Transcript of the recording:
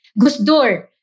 Gusdur